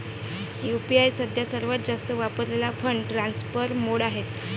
UPI सध्या सर्वात जास्त वापरलेला फंड ट्रान्सफर मोड आहे